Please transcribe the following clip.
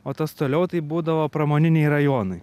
o tas toliau tai būdavo pramoniniai rajonai